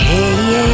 Hey